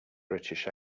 british